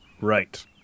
Right